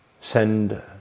Send